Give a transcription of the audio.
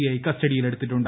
I കസ്റ്റഡിയിലെടുത്തിട്ടുണ്ട്